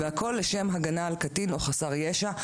והכול לשם הגנה על קטין או חסר ישע,